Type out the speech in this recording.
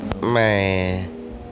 Man